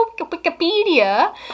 Wikipedia